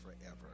forever